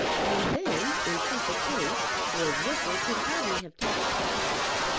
and then, in such a case, lord rufford could hardly have taxed the costs.